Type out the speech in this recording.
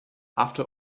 after